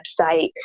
website